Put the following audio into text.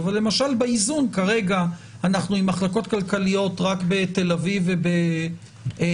אבל באיזון כרגע אנחנו עם מחלקות כלכליות רק בתל אביב וחיפה.